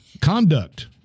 Conduct